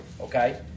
okay